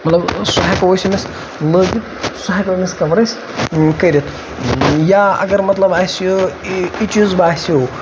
مَطلَب سۄ ہیٚکو أسۍ أمِس لٲگِتھ سُہ ہیٚکو أمِس کَوَر أسۍ کٔرِتھ یا اَگَر مَطلَب اَسہِ اِ چیٖز باسیٚو